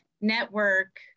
network